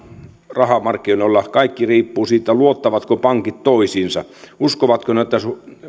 rahamarkkinoilla kaikki riippuu siitä luottavatko pankit toisiinsa uskovatko ne että